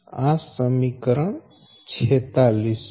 આ સમીકરણ 46 છે